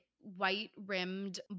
white-rimmed